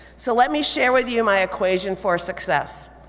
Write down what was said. so let me share with you my equation for success.